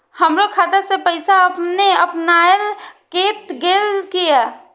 हमरो खाता से पैसा अपने अपनायल केट गेल किया?